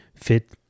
fit